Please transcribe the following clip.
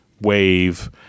wave